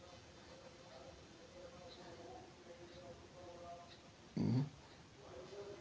उष्णकटिबंधीय कृषि वानिकी से भूमी रो रोक थाम भी करलो जाय छै